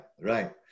right